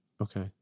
Okay